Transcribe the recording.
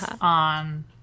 on